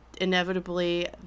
inevitably